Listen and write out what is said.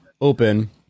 open